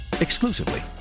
Exclusively